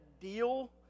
deal